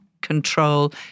control